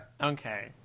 Okay